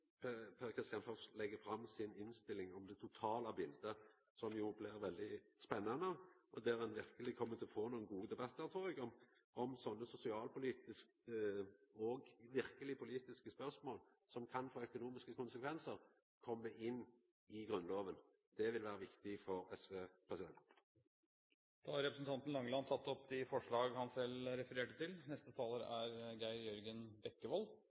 legg fram si innstilling om det totale biletet, som blir veldig spennande, og der ein verkeleg kjem til å få nokre gode debattar, trur eg, om slike sosialpolitiske og verkeleg politiske spørsmål som kan få økonomiske konsekvensar, kjem inn i Grunnlova. Det ville vera viktig for SV. Representanten Hallgeir H. Langeland har tatt opp de forslagene han refererte til.